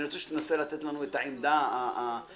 אני רוצה שתנסה לתת לנו את העמדה המקצועית,